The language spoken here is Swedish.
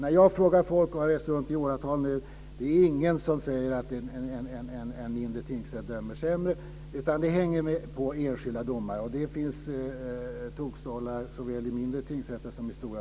När jag frågar folk, och jag har rest runt i åratal nu, är det ingen som säger att en mindre tingsrätt dömer sämre, utan det hänger på enskilda domare. Det finns tokstollar såväl i mindre tingsrätter som i stora.